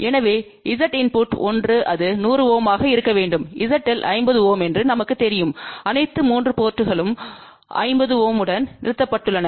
எனவே Z input 1 அது 100 Ω ஆக இருக்க வேண்டும் ZL50 Ω என்று நமக்குத் தெரியும்அனைத்து 3 போர்ட்ங்களும் 50 Ω உடன் நிறுத்தப்பட்டுள்ளன